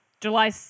July